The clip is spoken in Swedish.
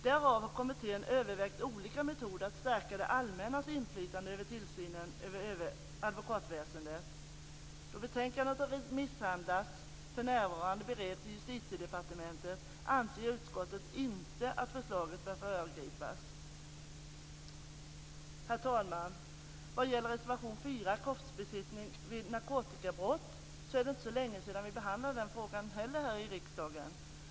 Därav har kommittén övervägt olika metoder för att stärka det allmännas inflytande över tillsynen över advokatväsendet. Då betänkandet har remissbehandlats och för närvarande bereds i Justitiedepartementet anser utskottet inte att förslaget bör föregripas. Herr talman! Reservation 4 handlar om kroppsbesiktning vid narkotikabrott. Det är inte heller så länge sedan vi behandlade den frågan här i riksdagen.